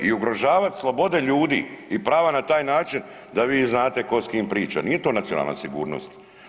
I ugrožavat slobode ljudi i prava na taj način da vi znate tko s kim priča, nije to nacionalna sigurnost.